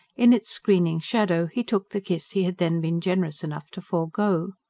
in its screening shadow he took the kiss he had then been generous enough to forgo.